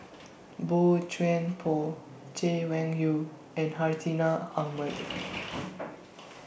Boey Chuan Poh Chay Weng Yew and Hartinah Ahmad